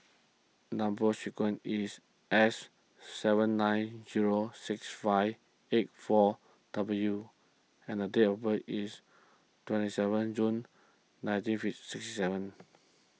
Number Sequence is S seven nine zero six five eight four W and the date of birth is twenty seven June nineteen sixty seven